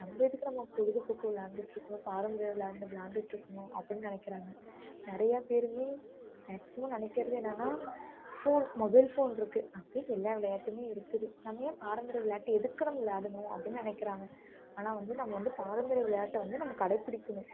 நம்ம எதுக்கு நம்ம பொழுதுபோக்கு விளையாண்டுகிட்டு இருக்கணும் பாரம்பரிய விளையாட்டு விளையாண்டுகிட்டு இருக்கணும் அப்படின்னு நினைக்கிறாங்க நிறைய பேருமே மேக்ஸிமம் நினைக்கிறது என்னென்னா ஃபோன் மொபைல் ஃபோன் இருக்குது அதிலே எல்லா விளையாட்டுமே இருக்குது நம்ம ஏன் பாரம்பரிய விளையாட்டை எதுக்கு நம்ம விளையாடணும் அப்படின்னு நினைக்கிறாங்க ஆனால் வந்து நம்ம பாரம்பரிய விளையாட்டை வந்து நம்ம கடைப்பிடிக்கணும்